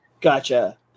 Gotcha